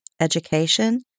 education